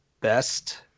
best